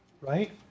right